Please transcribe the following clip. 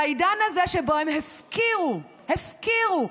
בעידן הזה, שבו הם הפקירו, הפקירו: